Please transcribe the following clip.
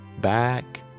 back